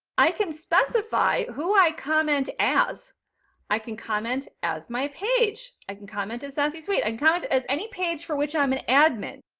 i can specify who i comment as i can comment as my page, i can comment as sassy suite and comment of as any page for which i'm an admin.